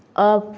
off